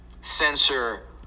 censor